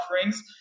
offerings